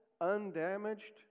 undamaged